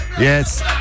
yes